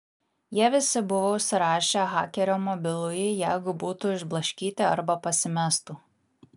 jie visi buvo užsirašę hakerio mobilųjį jeigu būtų išblaškyti arba pasimestų